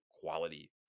quality